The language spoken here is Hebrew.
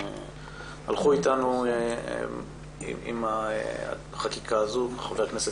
שהלכו איתנו עם החקיקה הזאת; לחבר הכנסת